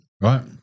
right